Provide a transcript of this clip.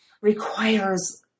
requires